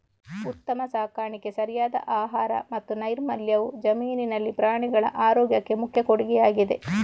ಉತ್ತಮ ಸಾಕಾಣಿಕೆ, ಸರಿಯಾದ ಆಹಾರ ಮತ್ತು ನೈರ್ಮಲ್ಯವು ಜಮೀನಿನಲ್ಲಿ ಪ್ರಾಣಿಗಳ ಆರೋಗ್ಯಕ್ಕೆ ಮುಖ್ಯ ಕೊಡುಗೆಯಾಗಿದೆ